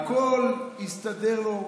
הכול הסתדר לו.